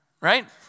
right